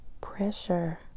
pressure